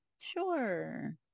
sure